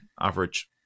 average